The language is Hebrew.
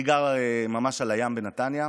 אני גר ממש על הים בנתניה,